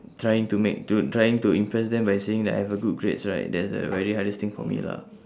trying to make to trying to impress them by saying that I have a good grades right that's a very hardest thing for me lah